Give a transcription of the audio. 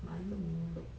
蛮